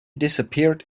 disappeared